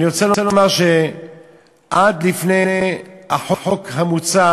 אני רוצה לומר שלפני החוק המוצע